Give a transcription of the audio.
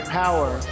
power